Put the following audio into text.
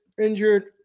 injured